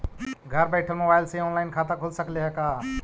घर बैठल मोबाईल से ही औनलाइन खाता खुल सकले हे का?